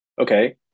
okay